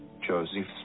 Joseph